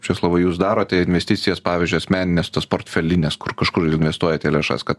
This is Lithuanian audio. česlovai jūs darote investicijas pavyzdžiui asmenines tas portfelines kur kažkur investuojate lėšas kad